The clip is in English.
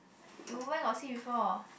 you where got see before